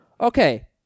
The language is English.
Okay